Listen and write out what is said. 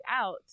out